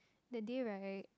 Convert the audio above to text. that day right